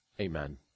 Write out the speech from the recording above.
amen